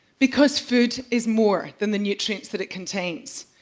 because food is more than the nutrients that it contains.